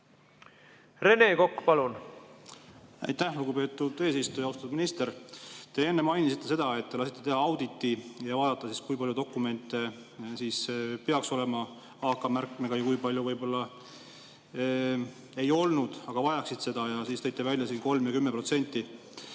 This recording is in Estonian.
Rene Kokk, palun!